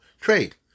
trade